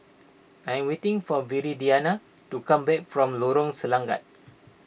I'm waiting for Viridiana to come back from Lorong Selangat